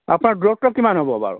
আপোনাৰ দূৰত্ৱ কিমান হ'ব বাৰু